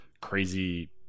crazy